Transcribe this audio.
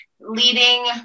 leading